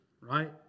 Right